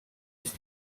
ist